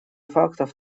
фактах